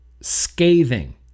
scathing